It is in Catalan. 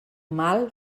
mal